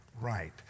right